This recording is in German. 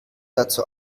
dazu